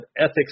ethics